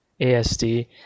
asd